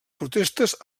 protestes